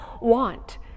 want